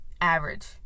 average